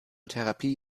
therapie